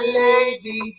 lady